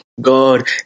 God